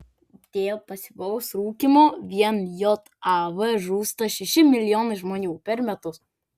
dėl pasyvaus rūkymo vien jav žūsta šeši milijonai žmonių per metus